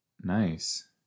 Nice